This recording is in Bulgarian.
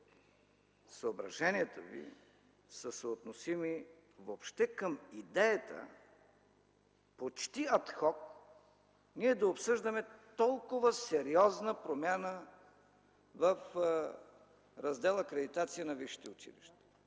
съображенията Ви са съотносими въобще към идеята почти ад хок ние да обсъждаме толкова сериозна промяна в раздел „Акредитация на висшите училища”.